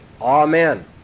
Amen